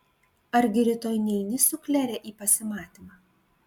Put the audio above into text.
argi rytoj neini su klere į pasimatymą